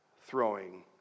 throwing